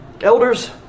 Elders